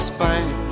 Spain